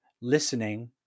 listening